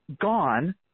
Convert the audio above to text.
gone